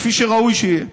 כפי שראוי שיהיה.